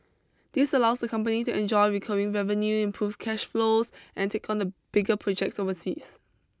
this allows the company to enjoy recurring revenue improve cash flow and take on bigger projects overseas